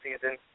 season